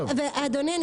אדוני,